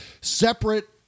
separate